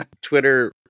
Twitter